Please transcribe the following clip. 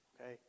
Okay